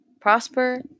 prosper